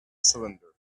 cylinder